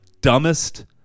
dumbest